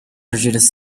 jules